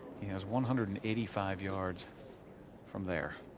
he has one hundred and eighty-five yards from there.